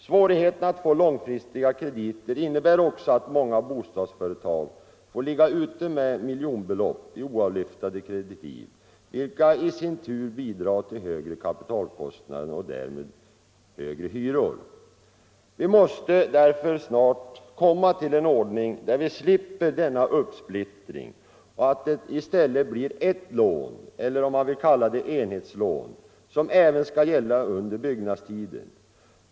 Svårigheten att få långfristiga krediter innebär också att många bostadsföretag får ligga ute med miljonbelopp i oavlyftade kreditiv, vilket bidrar till högre kapitalkostnader och därmed till högre hyror. Vi måste därför snart komma fram till en ordning där vi slipper denna uppsplittring, så att det i stället blir ert lån — eller om man vill säga enhetslån — som även skall gälla under byggnadstiden.